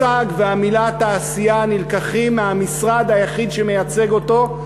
המושג "תעשייה" נלקח מהמשרד היחיד שמייצג אותו.